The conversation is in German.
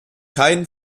keinen